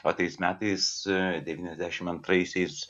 o tais metais devyniasdešimt antraisiais